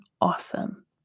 awesome